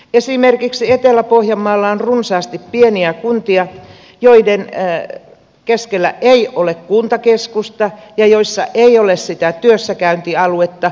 esimerkiksi etelä pohjanmaalla on runsaasti pieniä kuntia joiden keskellä ei ole kuntakeskusta ja joissa ei ole sitä työssäkäyntialuetta